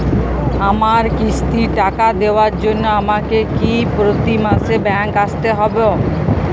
আমার কিস্তির টাকা দেওয়ার জন্য আমাকে কি প্রতি মাসে ব্যাংক আসতে হব?